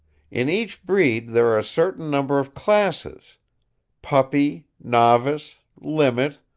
in each breed there are a certain number of classes puppy, novice limit,